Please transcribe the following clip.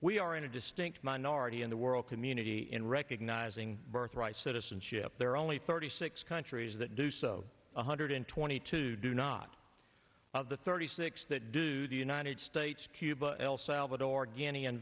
we are in a distinct minority in the world community in recognizing birthright citizenship there are only thirty six countries that do so one hundred twenty two do not of the thirty six that do the united states cuba el salvador guinea and